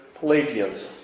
Pelagians